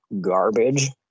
garbage